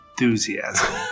enthusiasm